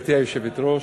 גברתי היושבת-ראש,